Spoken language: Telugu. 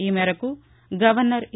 ఈ మేరకు గవర్నర్ ఇ